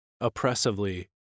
oppressively